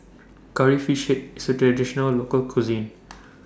Curry Fish Head IS A Traditional Local Cuisine